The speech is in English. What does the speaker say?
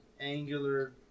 angular